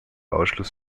ausschluss